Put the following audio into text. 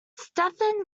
stephen